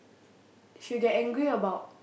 she'll get angry about